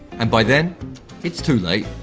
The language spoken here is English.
and by then it's too late!